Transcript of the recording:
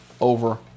over